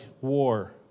war